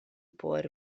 por